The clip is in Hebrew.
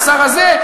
שר הזה.